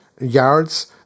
yards